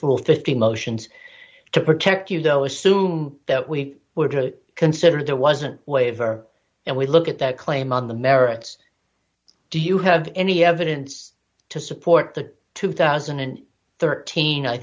full fifty motions to protect you know assume that we were to consider there wasn't waiver and we look at that claim on the merits do you have any evidence to support the two thousand and thirteen i